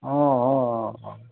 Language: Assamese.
অঁ অঁ অঁ অঁ